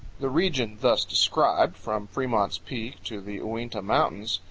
the region thus described, from fremont's peak to the uinta mountains,